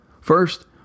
First